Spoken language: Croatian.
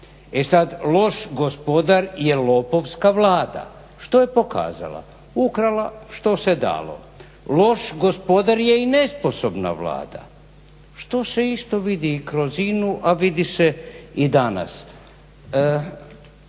E sada loš gospodar je lopovska Vlada. Što je pokazala, ukrala što se dalo. Loš gospodar je i nesposobna Vlada što se isto vidi i kroz INA-u a vidi se i danas.